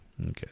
Okay